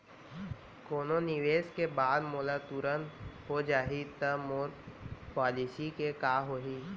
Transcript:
कोनो निवेश के बाद मोला तुरंत हो जाही ता मोर पॉलिसी के का होही?